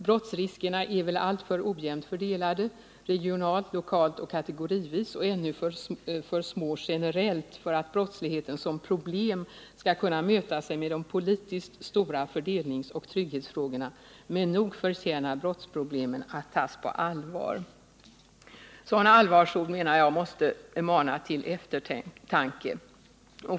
Brottsriskerna är väl alltför ojämnt fördelade regionalt, lokalt och kategorivis och ännu för små generellt för att brottsligheten som problem skall kunna mäta sig med de politiskt stora fördelningsoch trygghetsfrågorna, men nog förtjänar brotts problemen att tas på allvar.” Sådana allvarsord menar jag måste mana till eftertanke.